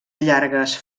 llargues